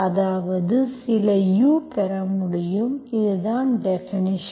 அதாவது சில u பெற முடியும் இதுதான் டெபினிஷன்